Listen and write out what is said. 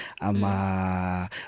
Ama